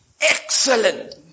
excellent